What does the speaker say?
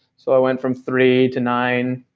so i went from three to nine,